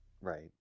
right